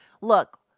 look